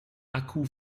akku